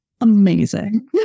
Amazing